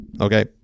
okay